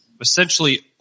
essentially